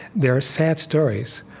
they are sad stories.